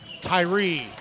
Tyree